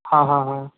ਹਾਂ ਹਾਂ ਹਾਂ